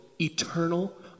eternal